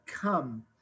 come